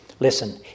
Listen